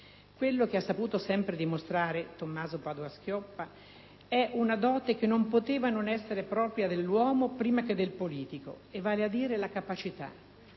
Quello che ha sempre saputo dimostrare Tommaso Padoa-Schioppa è una dote che non poteva non essere propria dell'uomo, prima che del politico, vale a dire la capacità